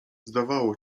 zdawało